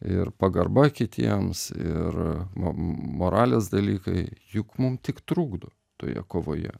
ir pagarba kitiems ir mo moralės dalykai juk mum tik trukdo toje kovoje